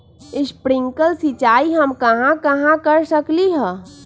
Sprinkle सिंचाई हम कहाँ कहाँ कर सकली ह?